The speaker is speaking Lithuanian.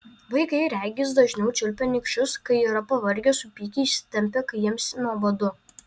vaikai regis dažniau čiulpia nykščius kai yra pavargę supykę įsitempę kai jiems nuobodu